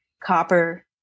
copper